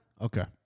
Okay